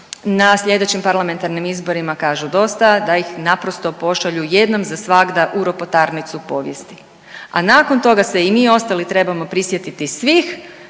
na sljedećim parlamentarnim izborima kažu dosta, da ih naprosto pošalju jednom za svagda u ropotarnicu povijesti. A nakon toga se i mi ostali trebamo prisjetiti svih